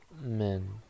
men